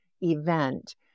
event